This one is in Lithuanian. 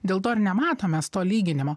dėl to ir nematom mes to lyginimo